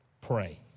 pray